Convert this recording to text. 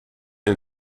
een